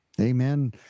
Amen